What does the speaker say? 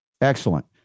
Excellent